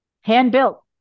Hand-built